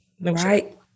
right